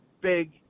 big